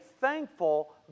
thankful